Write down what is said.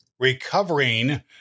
Recovering